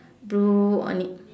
blue on it